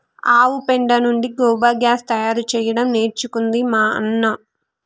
ఆవు పెండ నుండి గోబర్ గ్యాస్ తయారు చేయడం నేర్చుకుంది మా అన్న